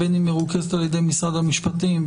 בין אם מרוכזת ע"י משרד המשפטים,